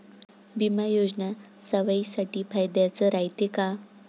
बिमा योजना सर्वाईसाठी फायद्याचं रायते का?